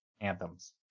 anthems